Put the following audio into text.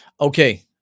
Okay